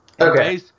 Okay